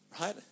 right